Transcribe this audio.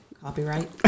Copyright